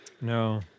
No